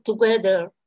together